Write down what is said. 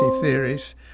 theories